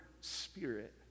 Spirit